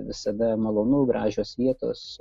visada malonu gražios vietos